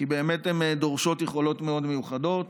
כי באמת הן דורשות יכולות מאוד מיוחדות,